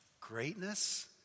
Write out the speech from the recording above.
Greatness